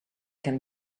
can